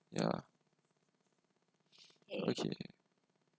ya okay